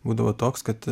būdavo toks kad